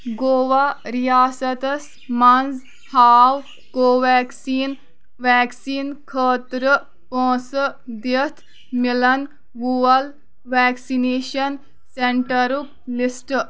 گَوا ریاستس منٛز ہاو کو ویٚکسیٖن ویکسیٖن خٲطرٕ پونٛسہٕ دِتھ مِلن وول ویکسِنیشن سینٹرُک لسٹ